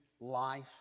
life